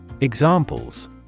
Examples